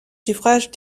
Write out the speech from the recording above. suffrages